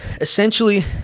essentially